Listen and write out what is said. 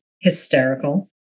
hysterical